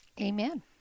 Amen